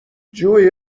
جویی